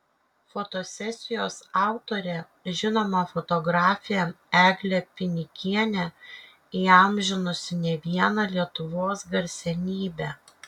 fotosesijos autorė žinoma fotografė eglė pinikienė įamžinusi ne vieną lietuvos garsenybę